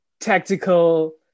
tactical